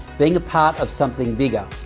being a part of something bigger,